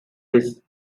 his